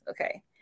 okay